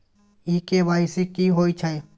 इ के.वाई.सी की होय छै?